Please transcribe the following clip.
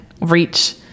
reach